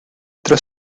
tras